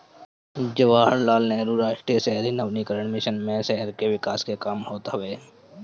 जवाहरलाल नेहरू राष्ट्रीय शहरी नवीनीकरण मिशन मे शहर के विकास कअ काम होत हवे